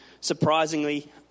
surprisingly